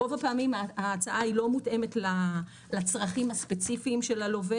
רוב הפעמים ההצעה היא לא מותאמת לצרכים הספציפיים של הלווה